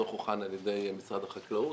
הדוח הוכן על ידי משרד החקלאות.